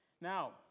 Now